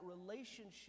relationship